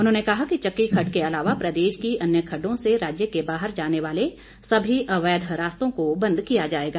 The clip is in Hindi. उन्होंने कहा कि चक्की खड्ड के अलावा प्रदेश की अन्य खड्डों से राज्य के बाहर जाने वाले सभी अवैध रास्तों को बंद किया जाएगा